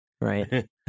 right